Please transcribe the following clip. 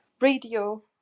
radio